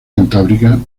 cantábrica